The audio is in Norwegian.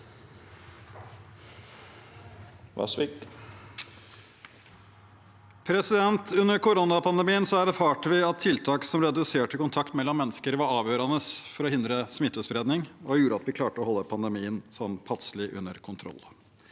Under koronapande- mien erfarte vi at tiltak som reduserte kontakt mellom mennesker, var avgjørende for å hindre smittespredning og gjorde at vi klarte å holde pandemien sånn passelig under kontroll.